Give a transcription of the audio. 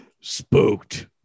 Spooked